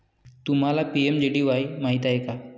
तुम्हाला पी.एम.जे.डी.वाई माहित आहे का?